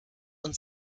und